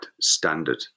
standard